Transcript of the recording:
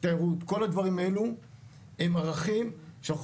תיירות וכל הדברים האלו הם ערכים שאנחנו